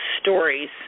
stories